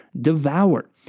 devour